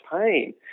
pain